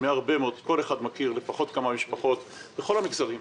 כל אחד מכיר לפחות כמה משפחות מכל המגזרים,